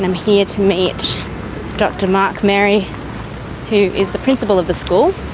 i'm here to meet dr mark merry who is the principal of the school